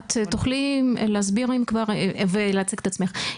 את תוכלי להסביר אם כבר, ולהציג את עצמך?